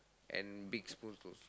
and big spoon for soup